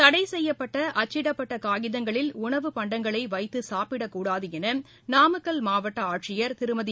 தடை செய்யப்பட்ட அச்சிடப்பட்ட காகிதங்களில் உணவு பண்டங்களை வைத்து சாப்பிடக்கூடாது என நாமக்கல் மாவட்ட ஆட்சியர் திருமதி மு